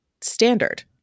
standard